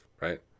right